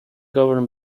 governor